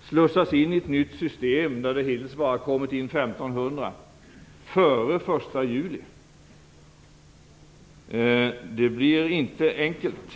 slussas in i ett nytt system före den 1 juli. Hittills har det bara kommit in 1 500. Det blir inte enkelt.